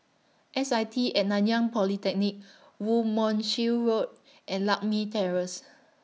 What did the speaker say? S I T At Nanyang Polytechnic Woo Mon Chew Road and Lakme Terrace